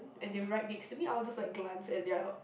and they're right next to me I'll just like glance at their